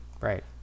Right